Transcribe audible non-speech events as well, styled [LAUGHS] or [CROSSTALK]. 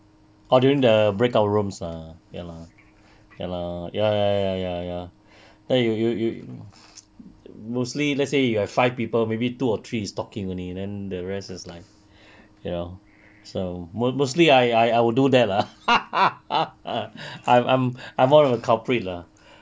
orh during the breakout rooms ah ya lah ya lah ya ya ya ya then you you you you [NOISE] mostly let's say you have five people maybe two or three is talking only then the rest is like you know so mostly I I I I will do that lah [LAUGHS] I I I'm one of the culprit lah